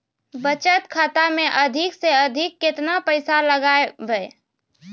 बचत खाता मे अधिक से अधिक केतना पैसा लगाय ब?